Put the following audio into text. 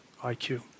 IQ